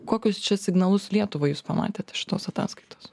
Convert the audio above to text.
kokius čia signalus lietuvai jūs pamatėt iš šitos ataskaitos